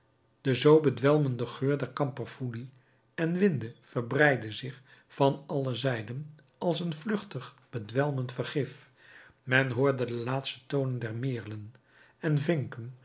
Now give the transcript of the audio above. de zoo bedwelmende geur der kamperfoelie en winde verbreidde zich van alle zijden als een vluchtig bedwelmend vergif men hoorde de laatste tonen der meerlen en vinken